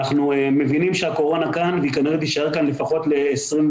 אנחנו מבינים שהקורונה כאן והיא כנראה תישאר כאן לפחות ל-2021.